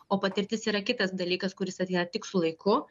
o patirtis yra kitas dalykas kuris ateina tik su laiku